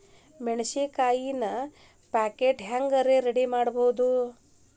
ಮೆಣಸಿನಕಾಯಿನ ಪ್ಯಾಟಿಗೆ ಹ್ಯಾಂಗ್ ರೇ ರೆಡಿಮಾಡೋದು?